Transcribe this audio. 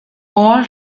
all